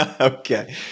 Okay